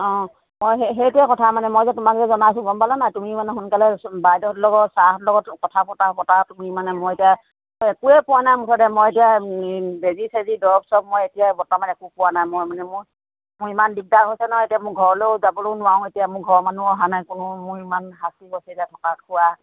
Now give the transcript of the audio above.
অঁ মই সেই সেইটোৱে কথা মানে মই যে তোমাক যে জনাইছোঁ গম পালা নাই তুমি মানে সোনকালে বাইদউহঁতৰৰ লগত ছাৰহঁতৰ লগত কথা পাতা পাতা তুমি মানে মই এতিয়া একোৱে পোৱা নাই মুঠতে মই এতিয়া বেজী চেজী দৰৱ চৰৱ মই এতিয়া বৰ্তমান একো পোৱা নাই মই মানে মোৰ মোৰ ইমান দিগদাৰ হৈছে নহয় এতিয়া মোৰ ঘৰলৈয়ো যাবলৈয়ো নোৱাৰো এতিয়া মোৰ ঘৰৰ মানুহো অহা নাই কোনো মোৰ ইমান শাস্তি হৈছে ইয়াত থকা খোৱা